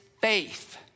faith